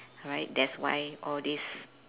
right that's why all these